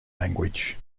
language